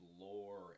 lore